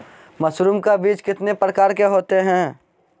Mushroom का बीज कितने प्रकार के होते है?